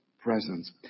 presence